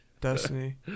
destiny